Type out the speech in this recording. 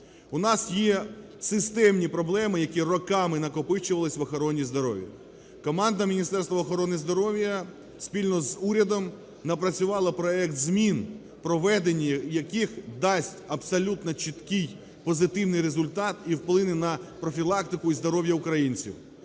У нас є системні проблеми, які роками накопичувались в охороні здоров'я. Команда Міністерства охорони здоров'я спільно з урядом напрацювала проект змін, проведення яких дасть абсолютно чіткий позитивний результат і вплине на профілактику і здоров'я українців.